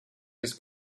his